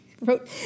wrote